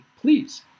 please